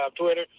Twitter